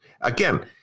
Again